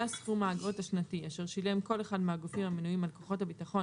היה סכום האגרות השנתי אשר שילם כל אחד מהגופים המנויים על כוחות הביטחון